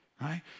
Right